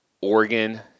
Oregon